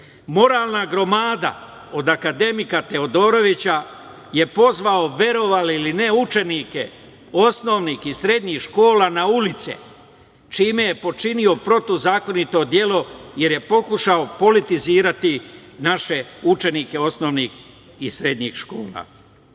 države? Moralna gromada od akademika Teodorovića je pozvao, verovali ili ne, učenike osnovnih i srednjih škola na ulice, čime je počinio protivzakonito delo, jer je pokušao politizirati naše učenike osnovnih i srednjih